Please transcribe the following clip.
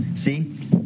See